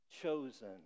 chosen